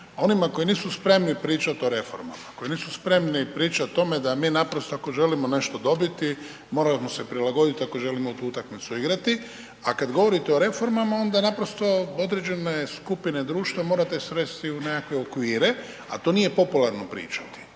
onima koji nisu spremni pričat o reformama, koji nisu pričat o tome da mi naprosto ako želimo nešto dobiti moramo se prilagoditi ako želimo utakmicu igrati. A kad govorite o reformama onda naprosto određene skupine društva morate svesti u nekakve okvire, a to nije popularna pričati.